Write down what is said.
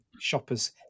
shoppers